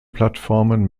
plattformen